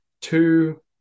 two